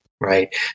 Right